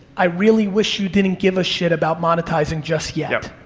i really wish you didn't give a shit about monetizing just yet.